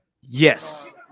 Yes